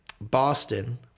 Boston